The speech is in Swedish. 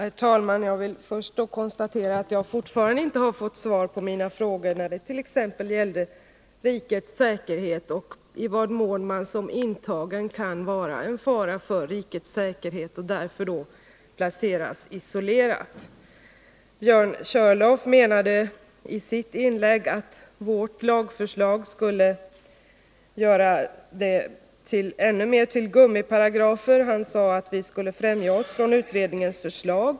Herr talman! Jag vill börja med att konstatera att jag fortfarande inte har fått svar på mina frågor när det gäller t.ex. rikets säkerhet och i vad mån man som intagen kan vara en fara för rikets säkerhet och därför behöver placeras isolerat. Björn Körlof menade i sitt inlägg att vårt lagförslag ännu mer skulle göra bestämmelserna till gummiparagrafer. Han sade att vi fjärmar oss från utredningens förslag.